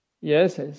Yes